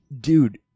Dude